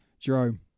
Jerome